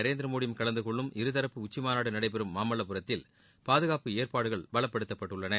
நரேந்திர மோடியும் கலந்து கொள்ளும் இருதரப்பு உச்சி மாநாடு நடைபெறும் மாமல்வபுரத்தில் பாதுகாப்பு ஏற்பாடுகள் பலப்படுத்தப்பட்டுள்ளன